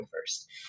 first